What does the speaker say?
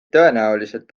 tõenäoliselt